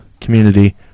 community